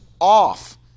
off